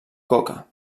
coca